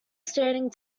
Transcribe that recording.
standing